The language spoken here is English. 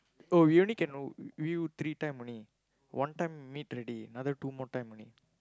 oh we only can v~ view three times only one time meet already another two more time only